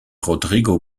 rodrigo